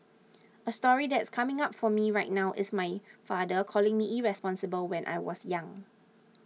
a story that's coming up for me right now is my father calling me irresponsible when I was young